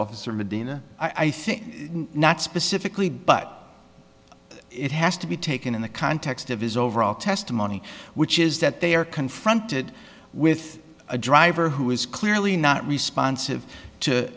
officer medina i think not specifically but it has to be taken in the context of his overall testimony which is that they are confronted with a driver who is clearly not responsive